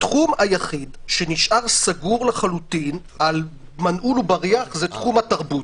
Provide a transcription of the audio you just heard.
התחום היחיד שנשאר סגור לחלוטין על מנעול ובריח הוא תחום התרבות.